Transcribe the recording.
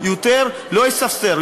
יותר הוא לא יספסר,